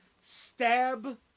stab